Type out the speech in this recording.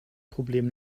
problem